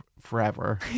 forever